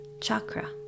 chakra